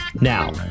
Now